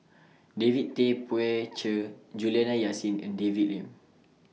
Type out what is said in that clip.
David Tay Poey Cher Juliana Yasin and David Lim